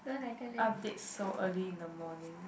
update so early in the morning